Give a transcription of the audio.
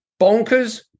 bonkers